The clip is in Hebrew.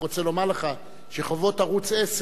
רק רוצה לומר לך שחובות ערוץ-10,